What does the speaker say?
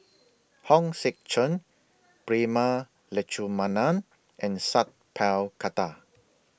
Hong Sek Chern Prema Letchumanan and Sat Pal Khattar